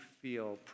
feel